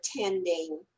attending